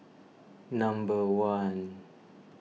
number one